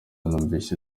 numvise